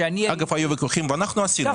אגב, היו ויכוחים ואנחנו עשינו את זה.